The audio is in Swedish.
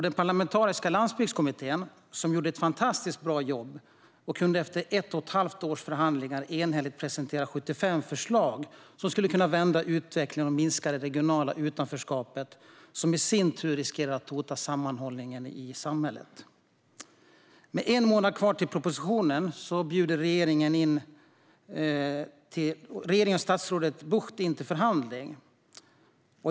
Den parlamentariska landsbygdskommittén gjorde ett fantastiskt bra jobb och kunde efter ett och ett halvt års förhandlingar enhälligt presentera 75 förslag som skulle kunna vända utvecklingen och minska det regionala utanförskapet, som i sin tur riskerar att hota sammanhållningen i samhället. När en månad återstod till att propositionen skulle läggas fram bjöd regeringen och statsrådet Bucht in till förhandling.